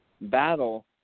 battle